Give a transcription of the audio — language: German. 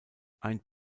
ein